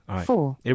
four